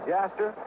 Jaster